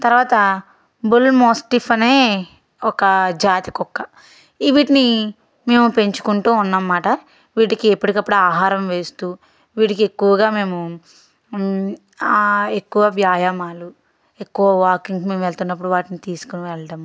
తర్వాత bull mastiff అనే ఒక జాతి కుక్క వీటిని మేము పెంచుకుంటూ ఉన్నాం అన్నమాట వీటికి ఎప్పటికప్పుడు ఆహారం వేస్తూ వీటికి ఎక్కువగా మేము ఎక్కువ వ్యాయామాలు ఎక్కువ వాకింగ్ మేము వెళుతున్నప్పుడు వాటిని తీసుకుని వెళ్ళడము